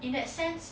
in that sense